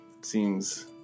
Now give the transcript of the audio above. seems